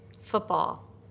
football